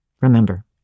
remember